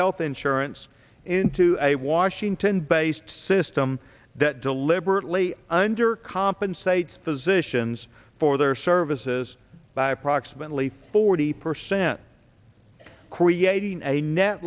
health insurance into a washington based system that deliberately under compensates physicians for their services by approximately forty percent creating a net